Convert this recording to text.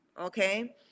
okay